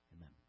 Amen